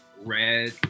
red